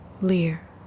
Lear